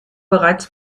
bereits